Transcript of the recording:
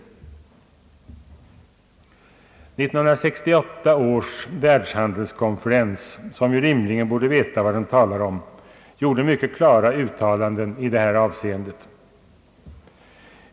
1968 års världshandelskonferens, som rimligen borde veta vad den talar om, gjorde mycket klara uttalanden i detta avseende.